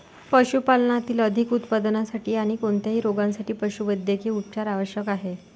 पशुपालनातील अधिक उत्पादनासाठी आणी कोणत्याही रोगांसाठी पशुवैद्यकीय उपचार आवश्यक आहेत